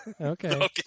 Okay